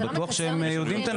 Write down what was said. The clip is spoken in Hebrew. אבל בטוח שהם יודעים את הנתון.